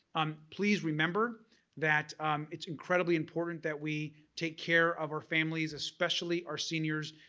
um please remember that it's incredibly important that we take care of our families especially our seniors.